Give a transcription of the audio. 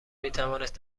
میتوانست